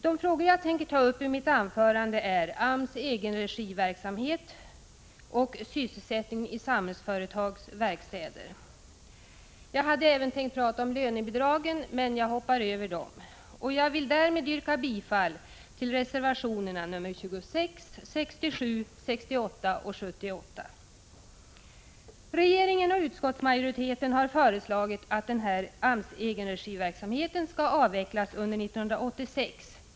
De frågor som jag tänker ta upp i mitt anförande är AMS egenregiverksamhet och sysselsättningen i Samhällsföretags verkstäder. Jag hade även tänkt tala om lönebidragen, men jag hoppar över dem. Jag vill därmed yrka bifall till reservationerna 26, 67, 68 och 78. Regeringen och utskottsmajoriteten har föreslagit att AMS egenregiverksamhet skall avvecklas under 1986.